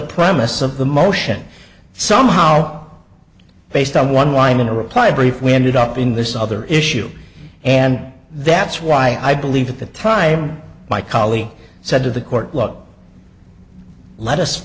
premise of the motion somehow oh based on one line in a reply brief we ended up in this other issue and that's why i believe at the time my colleague said to the court look let us